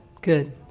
Good